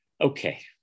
Okay